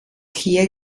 hier